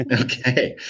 Okay